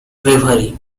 bravery